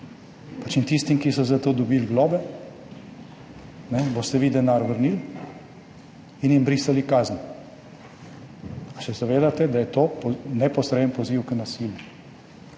In tistim, ki so za to dobili globe, boste vi denar vrnili in jim brisali kazen. A se zavedate, da je to neposreden poziv k nasilju?